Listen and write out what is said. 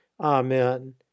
Amen